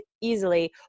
easily